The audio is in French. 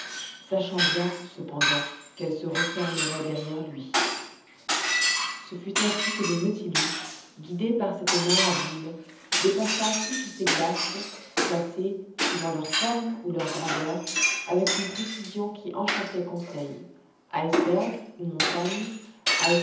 sachant bien cependant qu'elle se refermerait derrière lui ce fut ainsi que le nautilus guidé par cette main habile dépassa toutes ces glaces classées suivant leur forme ou leur grandeur avec une précision qui enchantait conseil icebergs ou montagnes